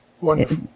Wonderful